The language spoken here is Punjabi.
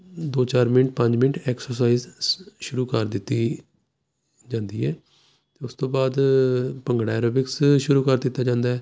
ਦੋ ਚਾਰ ਮਿੰਟ ਪੰਜ ਮਿੰਟ ਐਕਸਰਸਾਈਜ਼ ਸ਼ੁਰੂ ਕਰ ਦਿੱਤੀ ਜਾਂਦੀ ਹੈ ਉਸ ਤੋਂ ਬਾਅਦ ਭੰਗੜਾ ਐਰੋਬਿਕਸ ਸ਼ੁਰੂ ਕਰ ਦਿੱਤਾ ਜਾਂਦਾ